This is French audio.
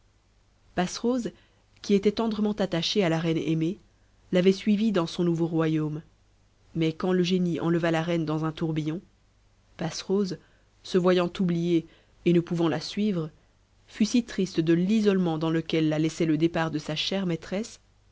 passerose qui était tendrement attachée à la reine aimée l'avait suivie dans son nouveau royaume mais quand le génie enleva la reine dans un tourbillon passerose se voyant oubliée et ne pouvant la suivre fut si triste de l'isolement dans lequel la laissait le départ de sa chère maîtresse